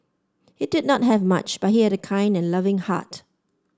he did not have much but he had a kind and loving heart